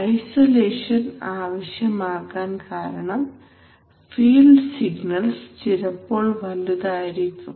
isolation ആവശ്യം ആകാൻ കാരണം ഫീൽഡ് സിഗ്നൽസ് ചിലപ്പോൾ വലുതായിരിക്കും